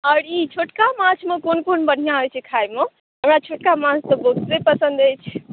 आओर ई छोटका माछमे कोन कोन बढ़िआँ होइत छै खाइमे हमरा छोटका माछ तऽ बहुते पसिन्न अछि